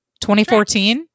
2014